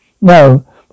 No